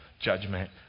judgment